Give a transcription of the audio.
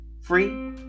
free